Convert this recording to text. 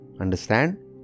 understand